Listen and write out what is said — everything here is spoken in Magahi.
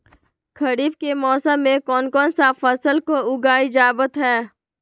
खरीफ के मौसम में कौन कौन सा फसल को उगाई जावत हैं?